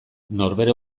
norbere